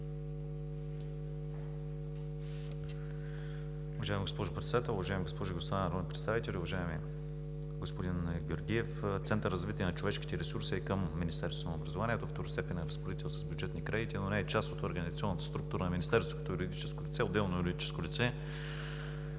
Уважаема госпожо Председател, уважаеми госпожи и господа народни представители! Уважаеми господин Георгиев, Центърът за развитие на човешките ресурси е към Министерството на образованието и науката, второстепенен разпоредител с бюджетни кредити, но не е част от организационна структура на Министерството като юридическо лице, отделно юридическо лице.